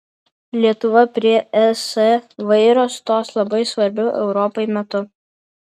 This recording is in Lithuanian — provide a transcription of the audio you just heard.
lietuva prie es vairo stos labai svarbiu europai metu